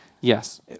Yes